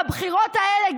והבחירות האלה,